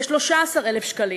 בכ-13,000 שקלים,